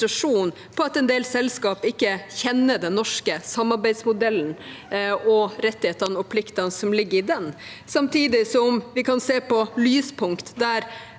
på at en del selskaper ikke kjenner den norske samarbeidsmodellen og rettighetene og pliktene som ligger i den, samtidig som vi kan se lyspunkter